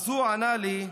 אז הוא ענה לי: